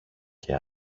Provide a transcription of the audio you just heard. και